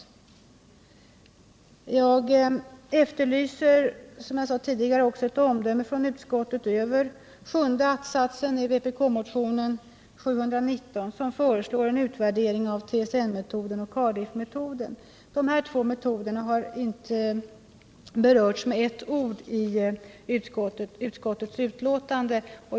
Som jag tidigare sade efterlyser jag ett omdöme från utskottet över sjunde att-satsen i vpk-motionen 719, vilken föreslår en utvärdering av TSN-metoden och Cardiff-metoden. De här båda metoderna har inte med ett enda ord berörts i utskottets betänkande.